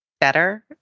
better